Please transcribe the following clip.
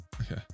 okay